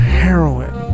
heroin